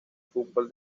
fútbol